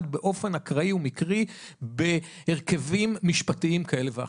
באופן אקראי ומקרי ובהרכבים משפטיים כאלה ואחרים.